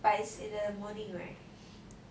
but it's in the morning right